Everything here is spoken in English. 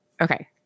Okay